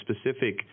specific